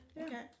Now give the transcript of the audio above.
okay